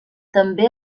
també